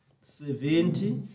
seventy